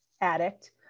addict